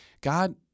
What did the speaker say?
god